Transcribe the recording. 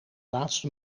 laatste